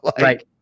Right